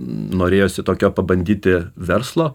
norėjosi tokio pabandyti verslo